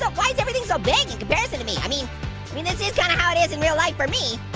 but why is everything so big in comparison to me? i mean mean this is kind of how it is in real life for me.